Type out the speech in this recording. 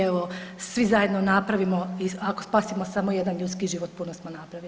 Evo svi zajedno napravimo ako spasimo samo jedan ljudski život puno smo napravili.